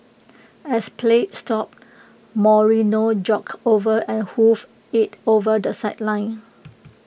as play stopped Moreno jogged over and hoofed IT over the sideline